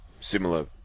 similar